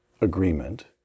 agreement